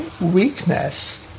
weakness